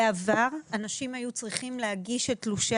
בעבר אנשים היו צריכים להגיש את תלושי